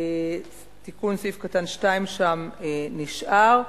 סעיף 3(2) שם נשאר,